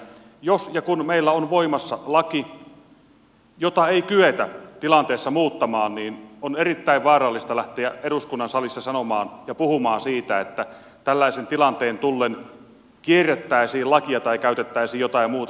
jos ja kun meillä on voimassa laki jota ei kyetä tilanteessa muuttamaan niin on erittäin vaarallista lähteä eduskunnan salissa sanomaan ja puhumaan siitä että tällaisen tilanteen tullen kierrettäisiin lakia tai käytettäisiin jotain muuta